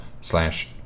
slash